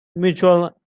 mutual